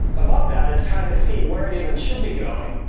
above that, it's tryin to see where it even should be going.